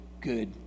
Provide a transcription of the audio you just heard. good